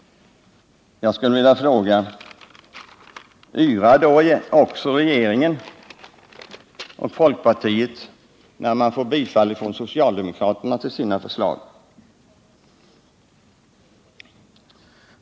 Om så inte var fallet — yrar inte regeringen och folkpartiet, när man på det hållet får stöd från socialdemokraterna för sina förslag?